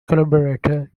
collaborator